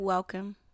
Welcome